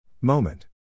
Moment